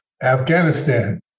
Afghanistan